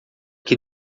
que